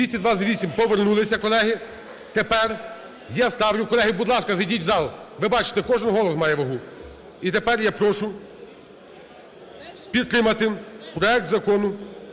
За-228 Повернулися, колеги. Тепер я ставлю, колеги, будь ласка, зайдіть в зал, ви бачите, кожен голос має вагу. І тепер я прошу підтримати проект Закону